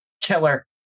Killer